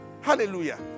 Hallelujah